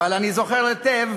אבל אני זוכר היטב